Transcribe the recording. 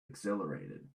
exhilarated